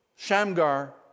Shamgar